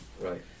right